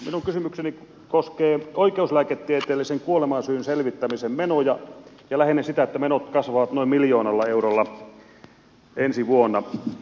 minun kysymykseni koskee oikeuslääketieteellisen kuolemansyyn selvittämisen menoja ja lähinnä sitä että menot kasvavat noin miljoonalla eurolla ensi vuonna